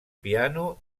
piano